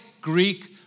Greek